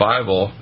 Bible